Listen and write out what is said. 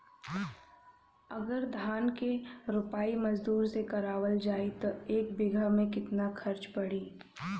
अगर धान क रोपाई मजदूर से करावल जाई त एक बिघा में कितना खर्च पड़ी?